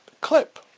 clip